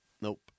nope